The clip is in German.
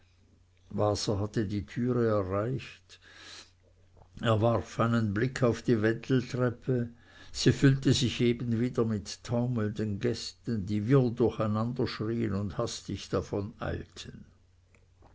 waser hatte die türe erreicht er warf einen blick auf die wendeltreppe sie füllte sich eben wieder mit taumelnden gästen die wirr durcheinander schrieen und hastig